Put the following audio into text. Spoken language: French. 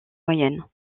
moyennes